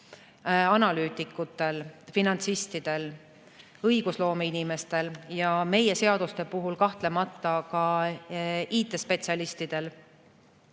analüütikutel, finantsistidel, õigusloome inimestel ja meie seaduste puhul kahtlemata ka IT-spetsialistidel,